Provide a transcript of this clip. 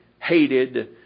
hated